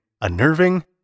Unnerving